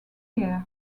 year